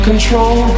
Control